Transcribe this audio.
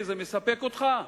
זה מספק אותך?